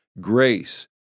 grace